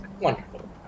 Wonderful